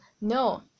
No